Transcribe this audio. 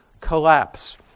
collapse